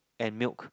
and milk